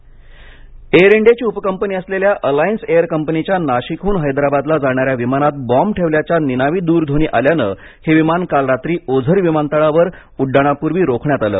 अफवा नाशिक एअर इंडियाची उपकंपनी असलेल्या अलायन्स एयर कंपनीच्या नाशिकहुन हैदराबादला जाणाऱ्या विमानात बॉम्ब ठेवल्याचा निनावी दूरध्वनी आल्यानं हे विमान काल रात्री ओझर विमानतळावर उड्डाणापूर्वी रोखण्यात आलं